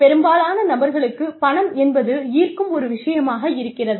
பெரும்பாலான நபர்களுக்கு பணம் என்பது ஈர்க்கும் ஒரு விஷயமாக இருக்கிறது